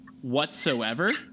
Whatsoever